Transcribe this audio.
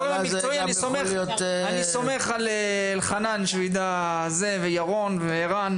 את הגורם המקצועי אני סומך על אלחנן שהוא ידע וירון וערן,